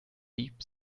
deep